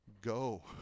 Go